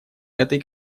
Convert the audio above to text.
этой